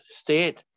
state